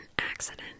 accident